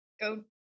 go